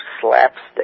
slapstick